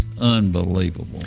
unbelievable